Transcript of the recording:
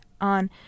on